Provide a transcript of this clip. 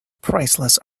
priceless